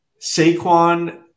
Saquon